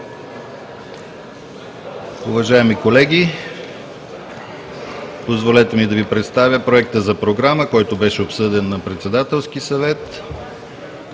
Уважаеми колеги, позволете ми да Ви представя Проекта за програма, който беше обсъден на Председателския съвет